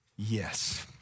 Yes